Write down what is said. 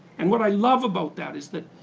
and what i love about that is that